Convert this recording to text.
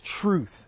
truth